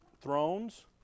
thrones